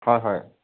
হয় হয়